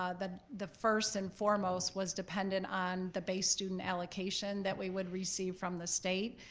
ah the the first and foremost was dependent on the base student allocation that we would receive from the state.